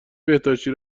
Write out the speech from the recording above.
بهداشتی